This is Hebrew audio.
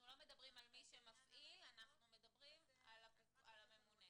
אנחנו לא מדברים על מי שמפעיל אלא על מי שממונה.